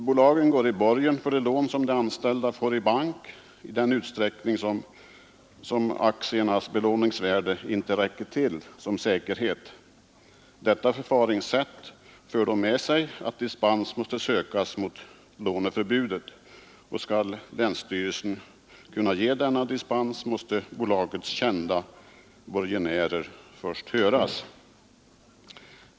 Bolagen går i borgen för det lån som de anställda får i bank i den utsträckning som aktiernas belåningsvärden inte räcker till som säkerhet. Detta förfaringssätt för med sig att dispens måste sökas för låneförbudet. Skall länsstyrelsen kunna ge denna dispens måste bolagets kända borgenärer först höras.